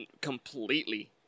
Completely